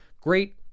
Great